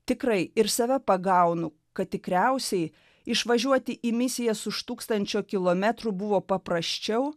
tikrai ir save pagaunu kad tikriausiai išvažiuoti į misijas už tūkstančio kilometrų buvo paprasčiau